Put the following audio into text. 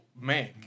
man